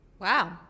Wow